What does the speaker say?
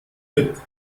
mit